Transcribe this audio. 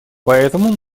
поэтому